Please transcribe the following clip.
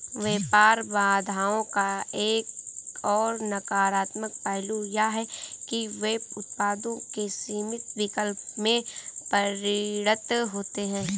व्यापार बाधाओं का एक और नकारात्मक पहलू यह है कि वे उत्पादों के सीमित विकल्प में परिणत होते है